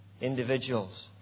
individuals